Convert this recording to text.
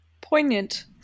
Poignant